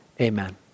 Amen